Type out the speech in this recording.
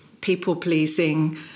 people-pleasing